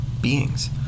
beings